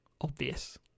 obvious